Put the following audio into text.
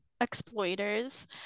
exploiters